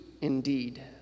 indeed